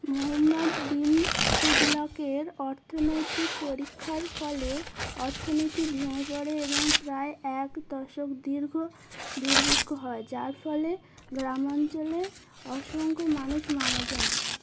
মহম্মাদ বিন তুঘলকের অর্থনৈতিক পরীক্ষার ফলে অর্থনীতি ভেঙে পড়ে এবং প্রায় এক দশক দীর্ঘ দুর্ভিক্ষ হয় যার ফলে গ্রাম অঞ্চলে অসংখ্য মানুষ মারা যান